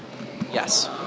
yes